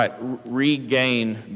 regain